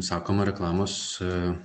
sakoma reklamos